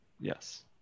Yes